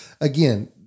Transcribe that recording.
again